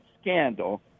scandal